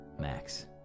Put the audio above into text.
Max